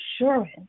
assurance